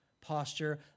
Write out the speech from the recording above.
posture